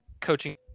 coaching